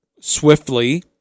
swiftly